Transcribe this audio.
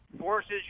forces